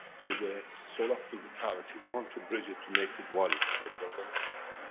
to the soul of physicality, want to bridge it to make it one, and it doesn't happen.